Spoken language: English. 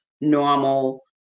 normal